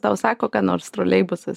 tau sako ką nors troleibusas